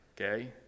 okay